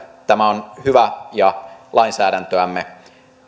tämä on hyvä ja lainsäädäntöämme